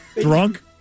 drunk